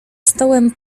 stołem